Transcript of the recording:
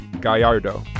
Gallardo